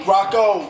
Rocco